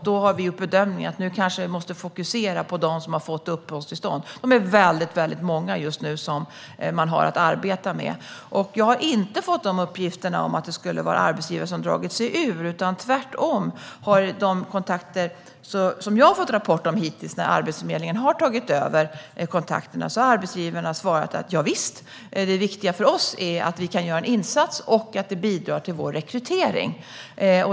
Vi har gjort bedömningen att vi nu måste fokusera på dem som har fått uppehållstillstånd. Det är väldigt många just nu som man har att arbeta med. Jag har inte fått uppgifter om att arbetsgivare har dragit sig ur. Tvärtom, enligt de rapporter som jag hittills har fått, efter det att Arbetsförmedlingen har tagit över kontakterna, har arbetsgivarna svarat: Javisst, det viktiga för oss är att vi kan göra en insats och att det bidrar till vår rekrytering.